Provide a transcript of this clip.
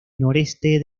noreste